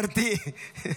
חברתי, בבקשה.